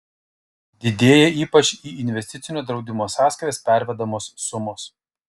didėja ypač į investicinio draudimo sąskaitas pervedamos sumos